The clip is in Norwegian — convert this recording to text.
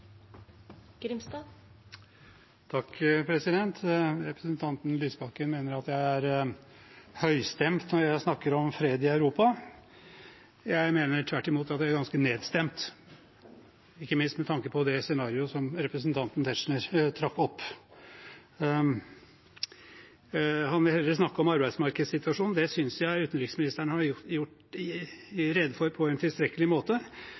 høystemt når jeg snakker om fred i Europa. Jeg mener tvert imot at jeg er ganske nedstemt, ikke minst med tanke på det scenarioet som representanten Tetzschner trakk opp. Lysbakken vil heller snakke om arbeidsmarkedssituasjonen, og det synes jeg utenriksministeren har gjort rede for på en tilstrekkelig måte.